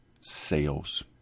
sales